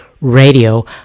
radio